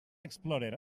explorer